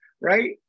right